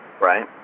right